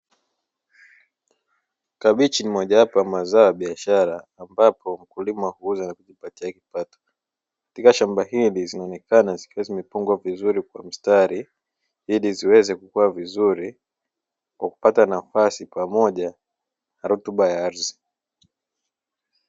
Kabichi ni moja wapo ya mazao ya biashara, ambapo mkulima huuza na kujipatia kipato, katika shamba hilo zimeonekana zikiwa zimepangwa vizuri kwa mstari ili ziweze kukua vizuri kwa kupata nafasi pamoja na rutuba ya ardhi.